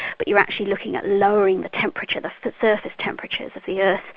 but you're actually looking at lowering the temperature, the surface temperatures of the ah